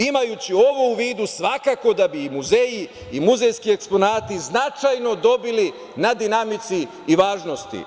Imajući ovo u vodu svakako da bi i muzeji i muzejski eksponati značajno dobili na dinamici i važnosti.